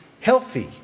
healthy